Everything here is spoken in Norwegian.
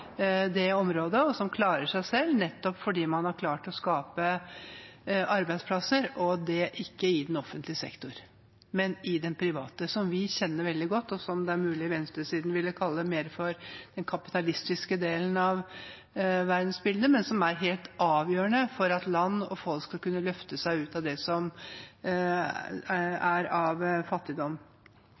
det området, og som klarer seg selv, nettopp fordi man har klart å skape arbeidsplasser – og det ikke i den offentlige sektor, men i den private, som vi kjenner veldig godt, og som det er mulig venstresiden ville kalle den kapitalistiske delen av verdensbildet, men som er helt avgjørende for at land og folk skal kunne løfte seg ut av fattigdom. Vi er